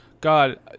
God